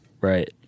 Right